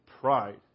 pride